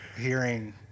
hearing